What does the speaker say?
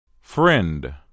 Friend